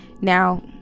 now